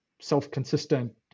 self-consistent